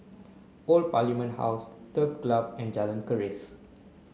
old Parliament House Turf Club and Jalan Keris